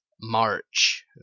March